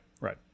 right